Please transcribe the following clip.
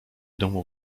domu